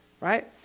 right